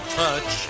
touch